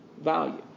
Value